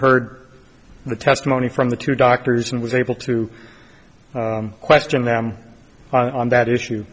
heard the testimony from the two doctors and was able to question them on that issue